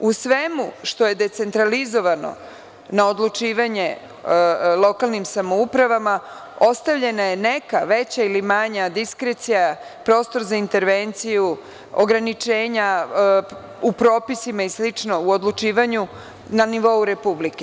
U svemu što je decentralizovano na odlučivanje lokalnim samoupravama ostavljena je neka veća ili manja diskrecija, prostor za intervenciju, ograničenja, u propisima i slično, u odlučivanju na nivou Republike.